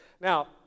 now